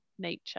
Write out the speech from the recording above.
nature